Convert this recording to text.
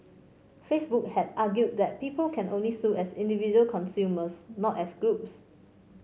Facebook had argued that people can only sue as individual consumers not as groups